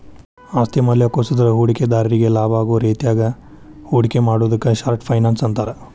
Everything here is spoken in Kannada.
ಆಸ್ತಿ ಮೌಲ್ಯ ಕುಸದ್ರ ಹೂಡಿಕೆದಾರ್ರಿಗಿ ಲಾಭಾಗೋ ರೇತ್ಯಾಗ ಹೂಡಿಕೆ ಮಾಡುದಕ್ಕ ಶಾರ್ಟ್ ಫೈನಾನ್ಸ್ ಅಂತಾರ